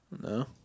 no